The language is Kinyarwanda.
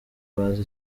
bazi